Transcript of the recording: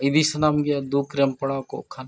ᱤᱫᱤ ᱥᱟᱱᱟᱢ ᱜᱮᱭᱟ ᱫᱩᱠᱨᱮᱢ ᱯᱟᱲᱟᱣ ᱠᱚᱜ ᱠᱷᱟᱱ